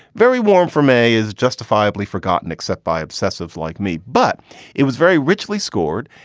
very warm for may is justifiably forgotten except by obsessives like me. but it was very richly scored,